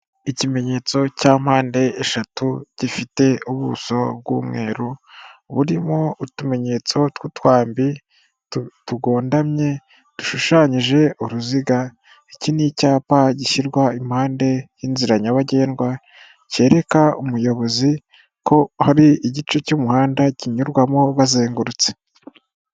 Ikimenyetso cya mpande eshatu gifite ubuso bw'umweru, burimo utumenyetso tw'utwambi tugondamye dushushanyije uruziga, iki ni icyapa gishyirwa impande y'inzira nyabagendwa cyereka umuyobozi ko hari igice cy'umuhanda kinyurwamo bazengurutse.